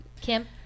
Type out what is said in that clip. Kim